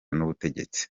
n’ubutegetsi